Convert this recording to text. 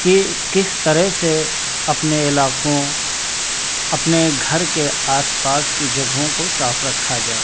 کہ کس طرح سے اپنے علاقوں اپنے گھر کے آس پاس کی جگہوں کو صاف رکھا جائے